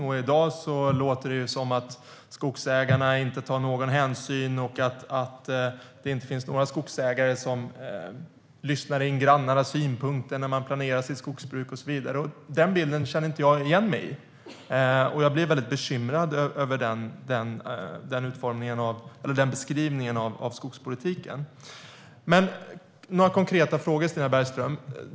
I dag låter det som att skogsägarna inte tar någon hänsyn och att det inte finns några skogsägare som lyssnar in grannarnas synpunkter när de planerar sitt skogsbruk och så vidare. Den bilden känner jag inte igen mig i, och jag blir bekymrad över den beskrivningen av skogspolitiken. Jag har några konkreta frågor, Stina Bergström.